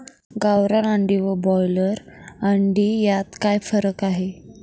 गावरान अंडी व ब्रॉयलर अंडी यात काय फरक आहे?